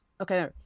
Okay